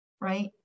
right